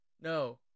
No